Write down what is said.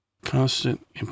Constant